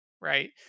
right